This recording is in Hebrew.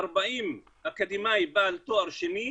40 אקדמאים בעלי תואר שני,